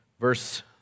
verse